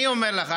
אני אומר לך,